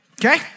Okay